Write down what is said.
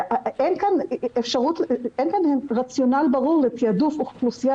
אין כאן רציונל ברור לתעדוף אוכלוסייה